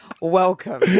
Welcome